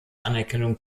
anerkennung